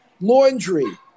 Laundry